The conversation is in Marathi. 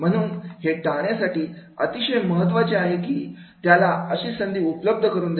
म्हणून हे टाळण्यासाठी अतिशय महत्त्वाचे आहे की त्याला अशी संधी उपलब्ध करून देणे